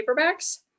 paperbacks